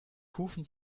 kufen